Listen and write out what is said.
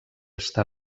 està